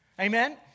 Amen